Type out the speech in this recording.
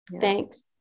Thanks